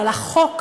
אבל החוק,